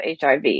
HIV